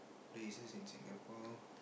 places in Singapore